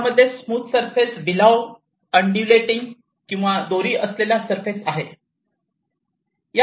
ज्यामध्ये smooth surface below undulating किंवा दोरी असलेला सरफेस आहे